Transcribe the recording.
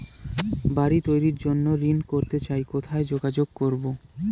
বাড়ি তৈরির জন্য ঋণ করতে চাই কোথায় যোগাযোগ করবো?